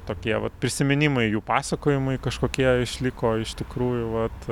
tokie vat prisiminimai jų pasakojimai kažkokie išliko iš tikrųjų vat